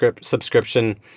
subscription